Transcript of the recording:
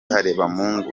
harebamungu